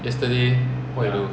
yesterday what you do